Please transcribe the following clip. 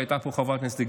כשהייתה פה חברת כנסת,